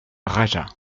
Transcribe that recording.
raja